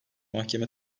mahkeme